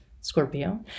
Scorpio